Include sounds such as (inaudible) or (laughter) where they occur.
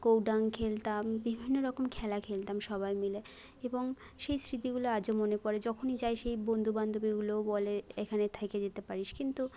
(unintelligible) খেলতাম বিভিন্ন রকম খেলা খেলতাম সবাই মিলে এবং সেই স্মৃতিগুলো আজও মনে পড়ে যখনই যাই সেই বন্ধু বান্ধবীগুলোও বলে এখানে থেকে যেতে পারিস কিন্তু